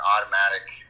automatic